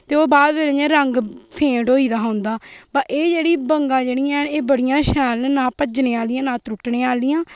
ते ओह् बाद च इ'यां रंग फैंड होई गेदा हा उंदा पर ऐ जेह्ड़िया बंगा जेह्ड़िया न न एह् बड़ियां शैल न एह् ना पजने आह्लियां ना त्रुटने आह्लियां